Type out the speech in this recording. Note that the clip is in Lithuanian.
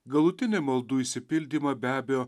galutinį maldų išsipildymą be abejo